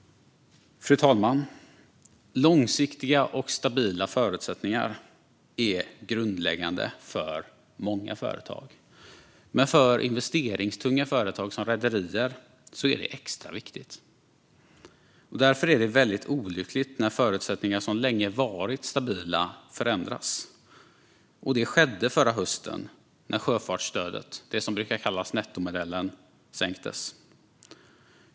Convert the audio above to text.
Fru talman! Långsiktiga och stabila förutsättningar är grundläggande för många företag. Men för investeringstunga företag som rederier är det extra viktigt. Därför är det väldigt olyckligt när förutsättningar som länge varit stabila förändras. Detta skedde förra hösten när sjöfartsstödet, det som brukar kallas nettomodellen, sänktes.